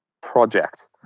project